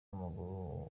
w’amaguru